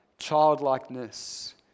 childlikeness